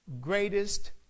greatest